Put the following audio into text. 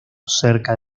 cerca